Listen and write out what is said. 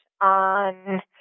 on